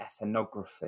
ethnography